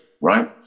right